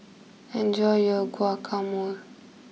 enjoy your Guacamole